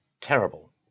terrible